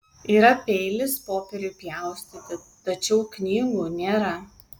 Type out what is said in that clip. yra peilis popieriui pjaustyti tačiau knygų nėra